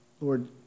Lord